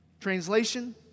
Translation